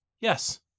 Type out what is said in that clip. yes